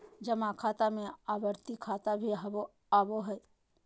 जमा खाता में आवर्ती खाता भी आबो हइ